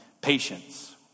patience